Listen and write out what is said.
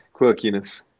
quirkiness